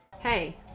Hey